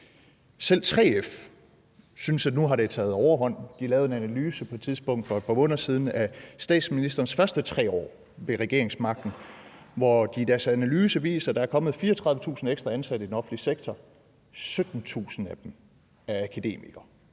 Selv 3F synes, at nu har det taget overhånd. De lavede på et tidspunkt for et par måneder siden en analyse af statsministerens første 3 år ved regeringsmagten, hvor de i deres analyse viser, at der er kommet 34.000 ekstra ansatte i den offentlige sektor – 17.000 af dem er akademikere.